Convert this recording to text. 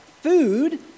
food